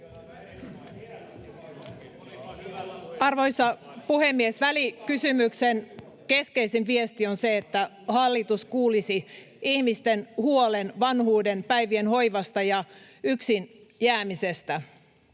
Arvoisa puhemies! Välikysymyksen keskeisin viesti on se, että hallitus kuulisi ihmisten huolen vanhuudenpäivien hoivasta ja yksin jäämisestä.